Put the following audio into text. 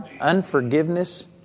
unforgiveness